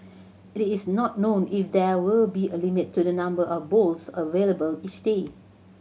it is not known if there will be a limit to the number of bowls available each day